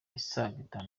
isaga